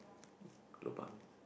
lobang